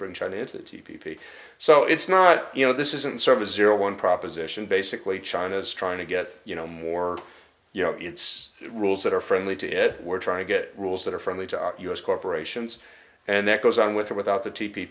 bring china it's a t p p so it's not you know this isn't service zero one proposition basically china is trying to get you know more you know it's rules that are friendly to ed we're trying to get rules that are friendly to our u s corporations and that goes on with or without the t